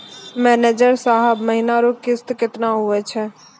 manager साहब महीना रो किस्त कितना हुवै छै